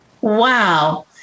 Wow